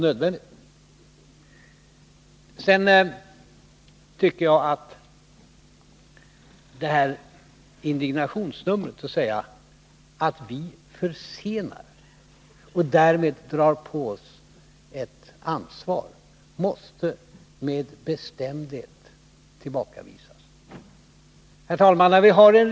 Sedan tycker jag att statsministerns indignationsnummer — om att vi försenar och därmed drar på oss ett ansvar — måste tillbakavisas med bestämdhet. Herr talman!